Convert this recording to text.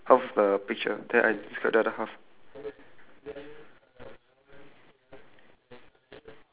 mine is okay actually describe describe yours first like half of it half of the picture then I describe the other half